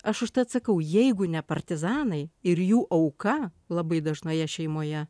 aš užtat sakau jeigu ne partizanai ir jų auka labai dažnoje šeimoje